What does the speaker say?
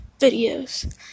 videos